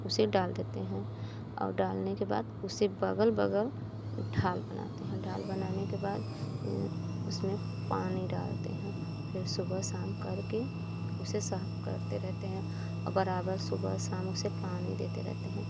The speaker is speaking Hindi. उसे डाल देते हैं और डालने के बाद उसे बगल बगल ढाल बनाते हैं ढाल बनाने के बाद उसमें पानी डालते हैं फिर सुबह शाम करके उसे साफ करते रहते हैं और बराबर सुबह शाम उसे पानी देते रहते हैं